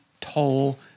toll